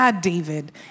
David